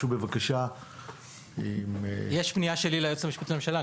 יש פנייה שלי ליועצת המשפטית לממשלה,